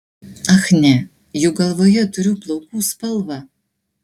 ach ne juk galvoje turiu plaukų spalvą